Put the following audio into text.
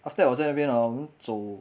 after that 我在那边 hor 我们走